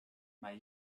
mijn